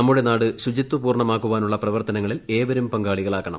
നമ്മുടെ നാട് ശുചിത്വപൂർണ്ണമാക്കാനുള്ള പ്രവർത്തനങ്ങളിൽ ഏവരും പങ്കാളികളാ കണം